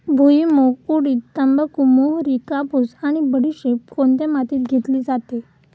भुईमूग, उडीद, तंबाखू, मोहरी, कापूस आणि बडीशेप कोणत्या मातीत घेतली जाते?